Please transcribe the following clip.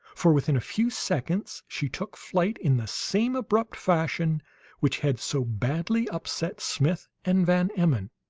for, within a few seconds, she took flight in the same abrupt fashion which had so badly upset smith and van emmon.